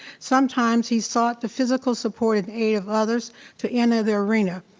sometimes he sought the physical support and aid of others to enter the arena.